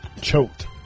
Choked